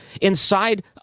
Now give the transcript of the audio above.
inside